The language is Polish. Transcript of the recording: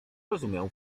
rozumiał